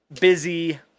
busy